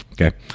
Okay